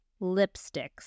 Lipsticks